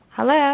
Hello